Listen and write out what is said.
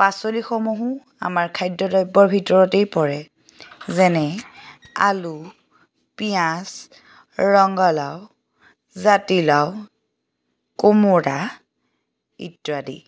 পাচলিসমূহো আমাৰ খাদ্য দ্ৰব্যৰ ভিতৰতেই পৰে যেনে আলু পিঁয়াজ ৰঙালাও জাতিলাও কোমোৰা ইত্যাদি